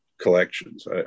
collections